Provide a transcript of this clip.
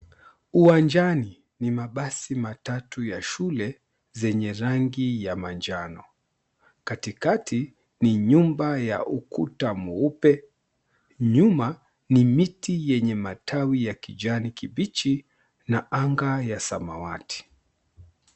Uwanjani ni mabasi matatu ya shule zenye rangi ya manjano. Katikati ni nyumba ya ukuta mweupe. Nyuma ni miti yenye matawi ya kijani kibichi na anga ya samawati.